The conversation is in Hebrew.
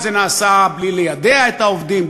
זה נעשה בלי ליידע את העובדים,